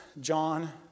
John